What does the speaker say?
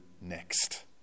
next